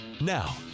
Now